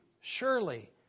Surely